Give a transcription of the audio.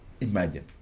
Imagine